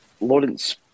Lawrence